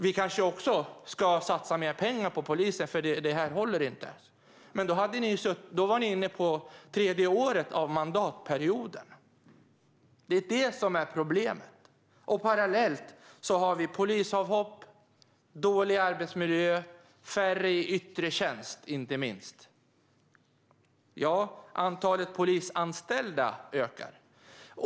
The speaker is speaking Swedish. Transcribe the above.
Vi kanske också ska satsa mer pengar på polisen, för detta håller inte. Men då var ni inne på tredje året av mandatperioden. Det är det som är problemet. Parallellt med detta har vi polisavhopp, dålig arbetsmiljö och färre i yttre tjänst, inte minst. Ja, antalet polisanställda ökar.